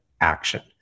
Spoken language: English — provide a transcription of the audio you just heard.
action